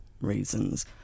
reasons